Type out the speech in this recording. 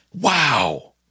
Wow